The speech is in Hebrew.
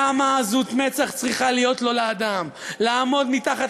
כמה עזות מצח צריכה להיות לו לאדם לעמוד מתחת